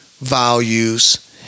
values